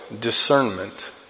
discernment